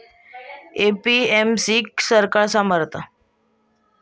APMC क सरकार सांभाळता